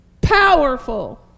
powerful